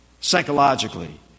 psychologically